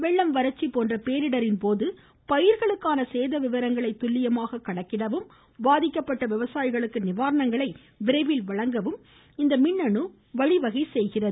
வெள்ளம் வறட்சி போன்ற பேரிடரின்போது பயிர்களுக்கான சேத விவரங்களை துல்லியமாக கணக்கிடவும் பாதிக்கப்பட்ட விவசாயிகளுக்கு நிவாரணங்களை விரைவில் வழங்கவும் இது வழிவகை செய்கிறது